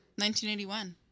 1981